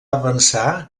avançar